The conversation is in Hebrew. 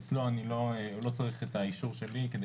אצלו אני לא צריך את האישור שלי כדי